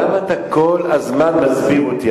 למה אתה כל הזמן מסביר אותי?